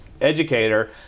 educator